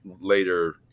later